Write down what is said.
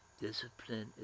discipline